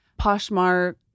Poshmark